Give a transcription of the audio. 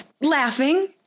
laughing